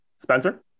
Spencer